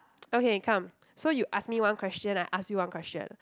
okay come so you ask me one question I ask you one question